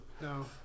No